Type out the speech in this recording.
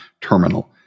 terminal